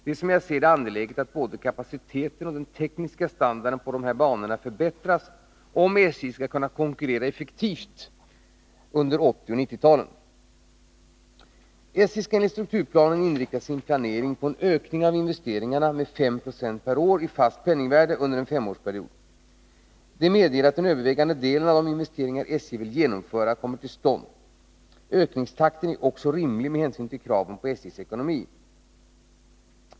Det är som jag ser det angeläget att både kapaciteten och den tekniska standarden på dessa banor förbättras, om SJ skall kunna konkurrera effektivt på transportmarknaden under 1980 och 1990-talen. SJ skall enligt strukturplanen inrikta sin planering på en ökning av investeringarna med 5 2 per år i fast penningvärde under en femårsperiod. Detta medger att den övervägande delen av de investeringar SJ vill genomföra kommer till stånd. Ökningstakten är också rimlig med hänsyn till kraven på SJ:s ekonomi.